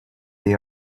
they